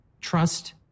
trust